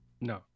No